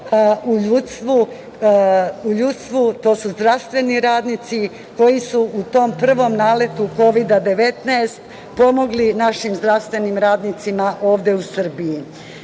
u ljudstvu. To su zdravstveni radnici koji su u tom prvom naletu kovida 19 pomogli našim zdravstvenim radnicima ovde u Srbiji. Naravno